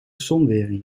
zonwering